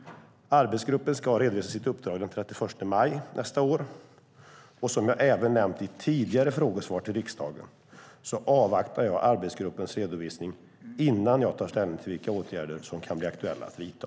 Arbetsgruppen ska redovisa sitt uppdrag senast den 31 maj nästa år. Som jag även nämnt i tidigare frågesvar till riksdagen avvaktar jag arbetsgruppens redovisning innan jag tar ställning till vilka åtgärder som kan bli aktuella att vidta.